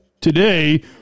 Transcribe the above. today